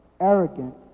arrogant